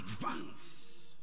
advance